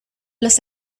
los